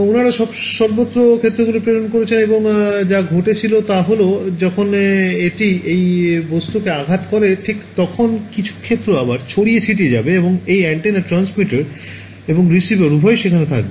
ওনারা সর্বত্র ক্ষেত্রগুলি প্রেরণ করছেন এবং যা ঘটেছিল তা হল যখন এটি এই বস্তুকেআঘাত করে ঠিক তখন কিছু ক্ষেত্র আবার ছড়িয়ে ছিটিয়ে যাবে এবং এই অ্যান্টেনার ট্রান্সমিটার এবং রিসিভার উভয়ই সেখানে থাকবে